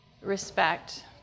respect